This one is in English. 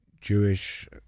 jewish